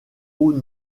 haut